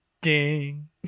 ding